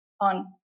on